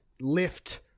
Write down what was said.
lift